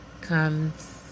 comes